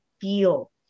feel